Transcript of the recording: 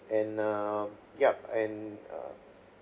and err yup and uh